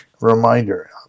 reminder